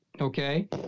Okay